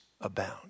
abound